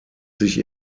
sich